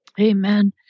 Amen